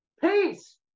peace